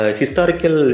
historical